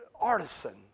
artisan